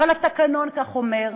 אבל התקנון כך אומר,